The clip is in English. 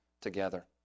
together